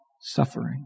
suffering